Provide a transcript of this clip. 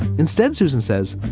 instead, susan says,